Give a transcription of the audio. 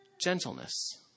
gentleness